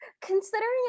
considering